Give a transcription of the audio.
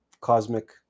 cosmic